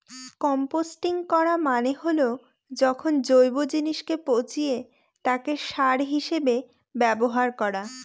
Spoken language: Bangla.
কম্পস্টিং করা মানে হল যখন জৈব জিনিসকে পচিয়ে তাকে সার হিসেবে ব্যবহার করা